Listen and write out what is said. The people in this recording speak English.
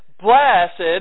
Blessed